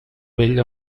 vell